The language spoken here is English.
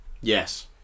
Yes